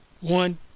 One